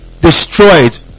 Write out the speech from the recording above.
destroyed